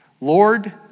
Lord